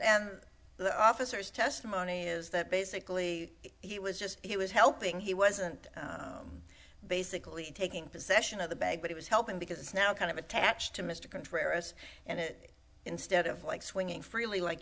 and the officers testimony is that basically he was just he was helping he wasn't basically taking possession of the bag but he was helping because it's now kind of attached to mr contreras and it instead of like swinging freely like